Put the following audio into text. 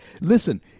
Listen